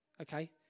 okay